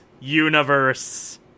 Universe